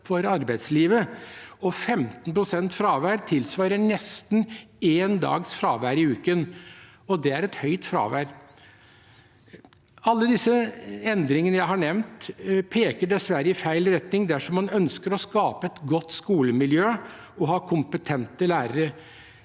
på arbeidslivet, og 15 pst. fravær tilsvarer nesten én dags fravær i uken. Det er et høyt fravær. Alle disse endringene jeg har nevnt, peker dessverre i feil retning dersom man ønsker å skape et godt skolemiljø og ha kompetente lærere.